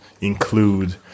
include